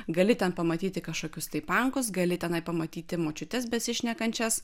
gali ten pamatyti kažkokius tai pankus gali tenai pamatyti močiutes besišnekančias